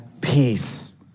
peace